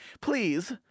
Please